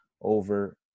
over